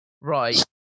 right